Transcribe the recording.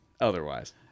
otherwise